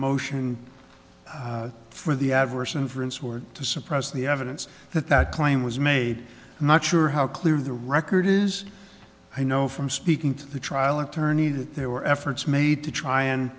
or to suppress the evidence that that claim was made i'm not sure how clear the record is i know from speaking to the trial attorney that there were efforts made to try and